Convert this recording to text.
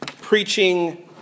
preaching